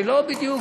שלא בדיוק,